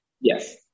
Yes